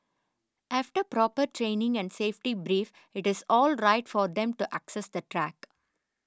after proper training and safety brief it is all right for them to access the track